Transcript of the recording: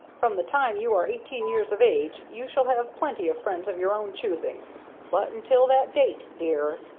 from the time you are eighteen years of age you shall have plenty of friends of your own choosing but until that date, dear,